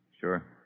Sure